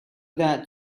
that